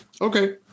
Okay